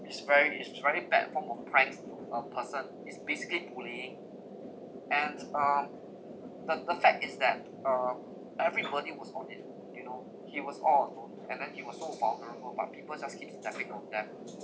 is is very is very bad form of pranks to a person is basically bullying and um the the fact is that uh everybody was on it you know he was all alone and then he was so vulnerable but people just keep stepping on them